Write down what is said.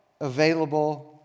available